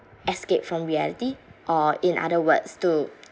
escape from reality or in other words to